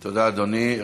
תודה, אדוני.